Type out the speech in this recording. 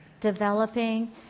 Developing